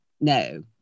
No